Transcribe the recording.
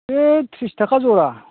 बे थ्रिस थाखा जरा